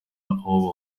aho